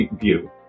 view